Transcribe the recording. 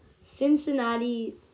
Cincinnati